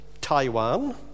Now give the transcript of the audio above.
Taiwan